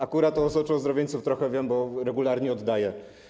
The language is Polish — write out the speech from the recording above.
Akurat o osoczu ozdrowieńców trochę wiem, bo regularnie je oddaję.